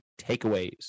takeaways